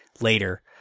later